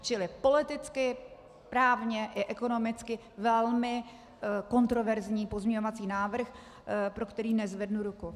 Čili politicky, právně i ekonomicky velmi kontroverzní pozměňovací návrh, pro který nezvednu ruku.